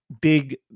big